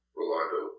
Rolando